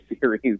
series